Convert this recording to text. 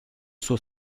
suo